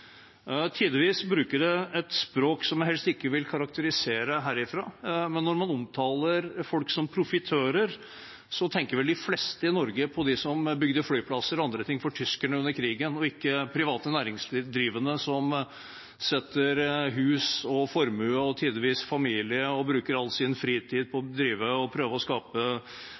Tidvis bruker de et språk som jeg helst ikke vil karakterisere herfra. Men når man omtaler folk som profitører, tenker vel de fleste i Norge på dem som bygde flyplasser og andre ting for tyskerne under krigen, og ikke på private næringsdrivende, som satser hus, formue og tidvis familie og bruker all sin fritid på å prøve å skape